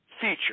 feature